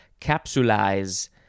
capsulize